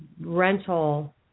rental